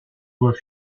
doit